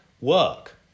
work